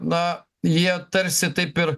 na jie tarsi taip ir